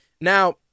Now